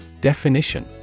Definition